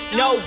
no